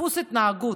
דפוס התנהגות.